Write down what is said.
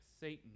Satan